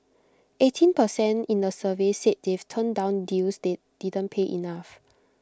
eighteen per cent in the survey said they've turned down deals that didn't pay enough